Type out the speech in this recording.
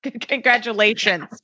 congratulations